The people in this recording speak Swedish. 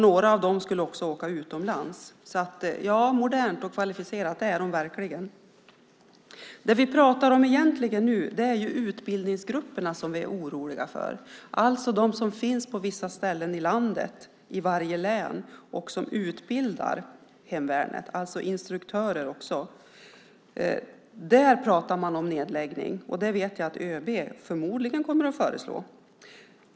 Några av dem skulle också åka utomlands, så hemvärnet är verkligen modernt och kvalificerat. Det vi pratar om nu och är oroliga för är utbildningsgrupperna. Det är de som finns på vissa ställen i landet i varje län och som utbildar hemvärnet - alltså också instruktörer. Där pratar man om nedläggning, och det vet jag att ÖB förmodligen kommer att föreslå.